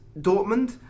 Dortmund